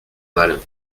mal